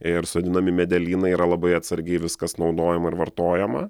ir sodinami medelynai yra labai atsargiai viskas naudojama ir vartojama